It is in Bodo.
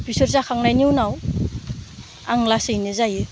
बिसोर जाखांनायनि उनाव आं लासैनो जायो